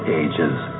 ages